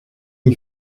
n’y